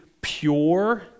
pure